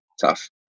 tough